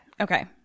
Okay